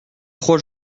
trois